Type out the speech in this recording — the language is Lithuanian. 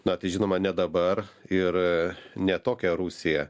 na tai žinoma ne dabar ir ne tokią rusiją